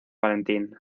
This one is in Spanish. valentín